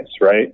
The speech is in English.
Right